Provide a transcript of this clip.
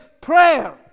prayer